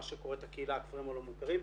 מה שהקהילה קוראת הכפרים הלא מוכרים,